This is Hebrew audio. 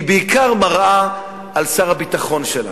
היא בעיקר מראה על שר הביטחון שלנו,